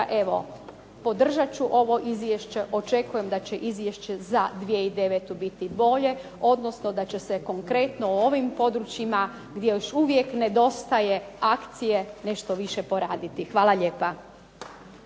Stoga podržat ću ovo izvješće. Očekujem da će izvješće za 2009. biti bolje, odnosno da će se konkretno u ovim područjima gdje još uvijek nedostaje akcije, nešto više poraditi. Hvala lijepa.